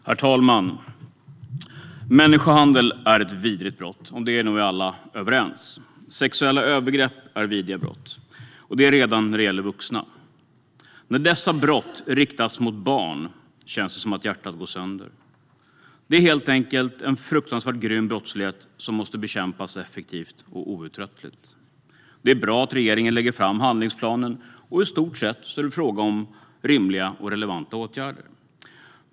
Herr talman! Människohandel är ett vidrigt brott - om det är vi nog alla överens. Sexuella övergrepp är vidriga brott. Det är det redan när det gäller vuxna. När dessa brott riktas mot barn känns det som att hjärtat går sönder. Det är helt enkelt en fruktansvärt grym brottslighet som måste bekämpas effektivt och outtröttligt. Det är bra att regeringen lägger fram handlingsplanen, och i stort sett är det fråga om rimliga och relevanta åtgärder.